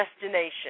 destination